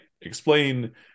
explain